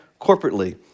corporately